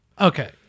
Okay